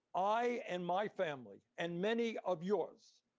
i and my family, and many of yours,